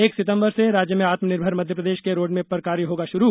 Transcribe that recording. एक सितंबर से राज्य में आत्मनिर्भर मध्यप्रदेश के रोडमैप पर कार्य होगा शुरू